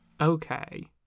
okay